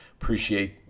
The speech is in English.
Appreciate